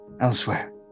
elsewhere